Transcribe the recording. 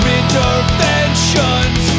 interventions